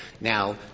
Now